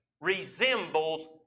resembles